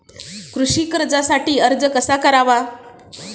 कृषी कर्जासाठी अर्ज कसा करावा?